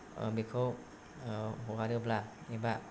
बेखौ हगारोब्ला एबा